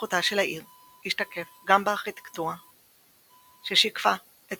והתפתחותה של העיר השתקף גם בארכיטקטורה שיקפה את